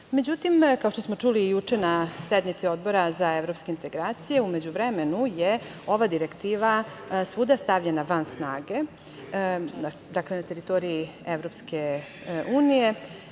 tržište.Međutim, kao što smo čuli juče na sednici Odbora za evropske integracije, u međuvremenu je ova direktiva svuda stavljena van snage, dakle na teritoriji EU i